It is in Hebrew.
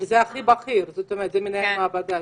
וזה הכי בכיר, זאת אומרת זה מנהל המעבדה.